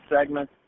segment